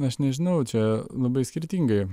aš nežinau čia labai skirtingai